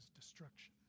destruction